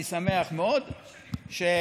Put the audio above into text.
אני שמח מאוד שאדוני,